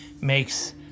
makes